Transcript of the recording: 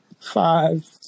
five